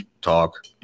talk